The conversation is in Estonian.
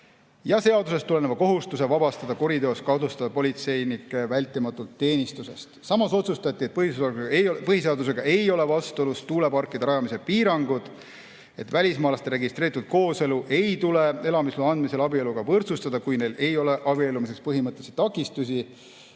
seadusest tuleneva kohustuse vabastada kuriteos kahtlustatav politseinik vältimatult teenistusest. Samas otsustati, et põhiseadusega ei ole vastuolus tuuleparkide rajamise piirangud; et välismaalaste registreeritud kooselu ei tule elamisloa andmisel abieluga võrdsustada, kui neil ei ole abiellumiseks põhimõttelisi takistusi;